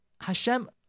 Hashem